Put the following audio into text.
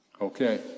okay